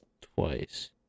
...twice